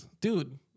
dude